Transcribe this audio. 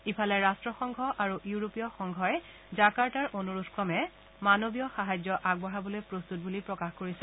ইফালে ৰাট্টসংঘ আৰু ইউৰোপীয় সংঘই জাকাৰ্তাৰ অনুৰোধ ক্ৰমে মানৱীয় সাহায্য আগবঢ়াবলৈ প্ৰস্তুত বুলি প্ৰকাশ কৰিছে